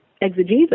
exegesis